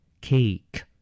Cake